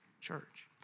church